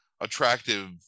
attractive